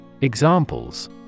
Examples